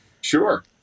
Sure